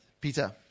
Peter